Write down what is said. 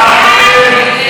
נגד?